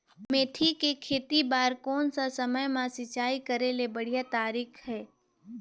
मेथी के खेती बार कोन सा समय मां सिंचाई करे के बढ़िया तारीक हे?